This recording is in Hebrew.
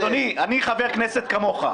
אדוני, אני חבר כנסת כמוך.